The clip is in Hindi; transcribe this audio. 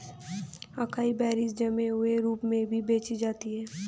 अकाई बेरीज जमे हुए रूप में भी बेची जाती हैं